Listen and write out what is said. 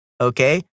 Okay